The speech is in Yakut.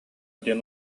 диэн